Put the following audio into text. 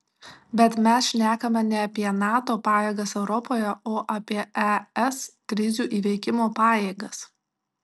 bet mes šnekame ne apie nato pajėgas europoje o apie es krizių įveikimo pajėgas